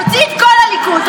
תוציא את כל הליכוד,